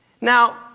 Now